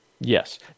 Yes